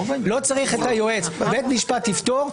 לא צריך את היועץ בית המשפט יפתור,